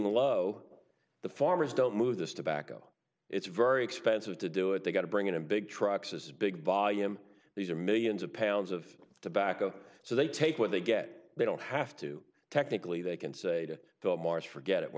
the low the farmers don't move this tobacco it's very expensive to do it they've got to bring in a big trucks this big volume these are millions of pounds of tobacco so they take what they get they don't have to technically they can say they'll march forget it we're